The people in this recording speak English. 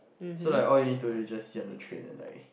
so like all you need to do is sit on the train and lie